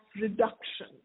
reduction